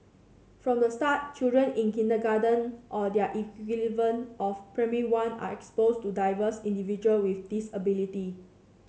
from the start children in kindergarten or their equivalent of Primary One are exposed to diverse individual with disabilities